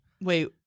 Wait